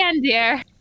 dear